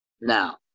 Now